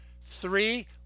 Three